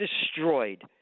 destroyed